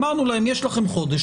אמרנו להם: יש לכם חודש,